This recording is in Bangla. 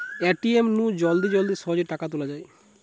এ.টি.এম নু জলদি জলদি সহজে টাকা তুলা যায়